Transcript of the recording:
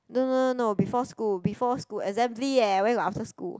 no no no no before school before school assembly eh where got after school